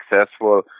successful